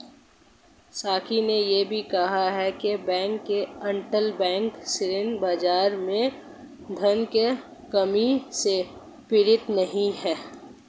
साकी ने यह भी कहा कि बैंक अंतरबैंक ऋण बाजार में धन की कमी से पीड़ित नहीं हैं